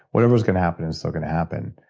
whatever's going to happen is still going to happen.